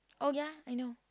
oh ya I know